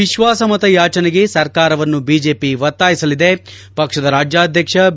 ವಿಶ್ವಾಸ ಮತಯಾಚನೆಗೆ ಸರ್ಕಾರವನ್ನು ಬಿಜೆಪಿ ಒತ್ತಾಯಿಸಲಿದೆ ಪಕ್ಷದ ರಾಜ್ಯಾಧ್ಯಕ್ಷ ಬಿ